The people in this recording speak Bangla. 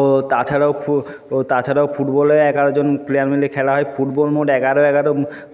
ও তাছাড়াও ও তাছাড়াও ফুটবলে এগারোজন প্লেয়ার মিলে খেলা হয় ফুটবল মোট এগারো এগারো